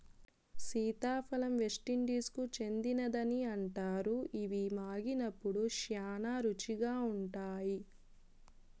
సీతాఫలం వెస్టిండీస్కు చెందినదని అంటారు, ఇవి మాగినప్పుడు శ్యానా రుచిగా ఉంటాయి